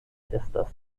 estas